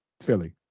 Philly